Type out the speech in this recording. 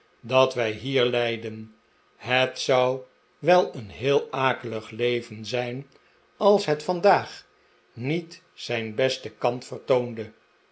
dat wij hier leiden het zou wel een heel akelig leven zijn maar ten chuzz lewit als het vandaag niet zijn besten kant vertoonde